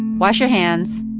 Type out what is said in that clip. wash your hands.